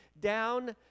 down